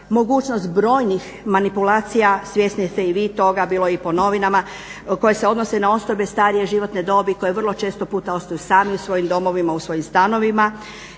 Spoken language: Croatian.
mogućnost brojnih manipulacija, svjesni ste i vi toga, bilo je i po novinama, koje se odnose na osobe starije životne dobi koje vrlo često puta ostaju sami u svojim domovima, u svojim stanovima